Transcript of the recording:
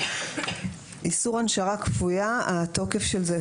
איסור הנשרה כפויה התוקף של זה,